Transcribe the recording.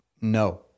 No